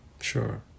sure